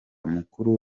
mukuru